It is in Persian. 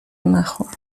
مخور